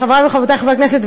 חברי וחברותי חברי הכנסת,